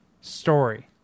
story